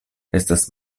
estas